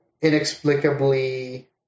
inexplicably